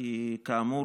כי כאמור,